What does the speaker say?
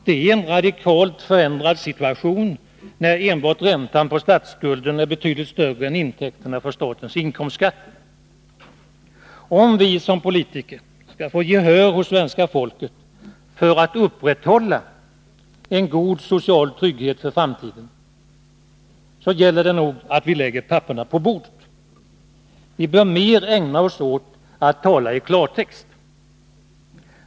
Det är en radikalt förändrad situation, när enbart räntan på statsskulden är betydligt större än intäkterna från statens inkomstskatter. Om vi som politiker skall få gehör hos svenska folket för att upprätthålla en god social trygghet för framtiden, gäller det nog att vi lägger papperen på bordet. Vi bör mer ägna oss åt att tala i klartext.